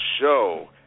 Show